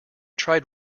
tried